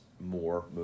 more